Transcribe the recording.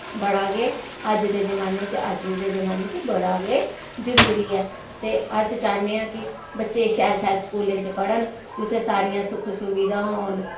बड़ा गै अज्ज दे जमाने च अज्ज दे जमाने च बड़ा गै जरुरी ऐ ते अस चाहने आं कि बच्चे शैल शैल स्कूलें च पढ़न जुत्थै सारियां सुक सुविधां होन